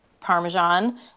Parmesan